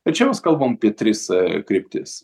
tačiau mes kalbam apie tris kryptis